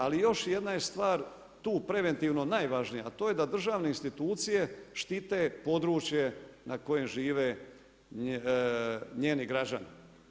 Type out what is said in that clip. Ali još jedna je stvar, tu preventivno najvažnija, a to je da državne institucije štite područje na kojem žive njeni građani.